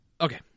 Okay